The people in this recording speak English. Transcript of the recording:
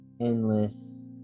endless